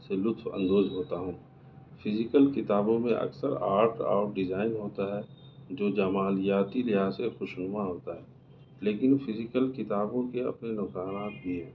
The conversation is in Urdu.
سے لُطف اندوز ہوتا ہوں فیزیکل کتابوں میں اکثر آرٹ اور ڈیزائن ہوتا ہے جو جمالیاتی لحاظ سے خوشنما ہوتا ہے لیکن فیزیکل کتابوں کے اپنے نقصانات بھی ہیں